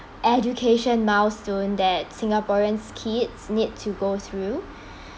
education milestone that singaporeans' kids need to go through